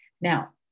Now